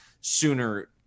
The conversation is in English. sooner